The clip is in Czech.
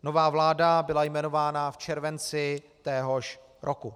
Nová vláda byla jmenována v červenci téhož roku.